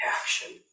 action